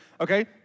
Okay